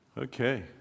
Okay